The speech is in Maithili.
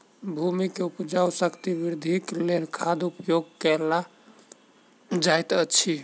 भूमि के उपजाऊ शक्ति वृद्धिक लेल खादक उपयोग कयल जाइत अछि